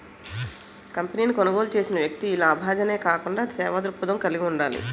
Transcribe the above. కంపెనీని కొనుగోలు చేసిన వ్యక్తి లాభాజనే కాకుండా సేవా దృక్పథం కలిగి ఉండాలి